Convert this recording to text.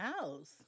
house